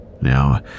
Now